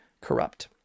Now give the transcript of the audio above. corrupt